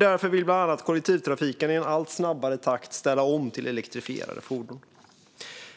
Därför vill bland annat kollektivtrafiken ställa om till elektrifierade fordon i en allt snabbare takt.